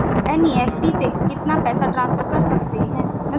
NEFT से कितना पैसा ट्रांसफर कर सकते हैं?